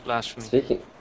Speaking